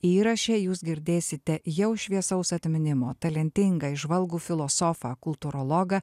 įraše jūs girdėsite jau šviesaus atminimo talentingą įžvalgų filosofą kultūrologą